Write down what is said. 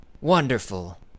Wonderful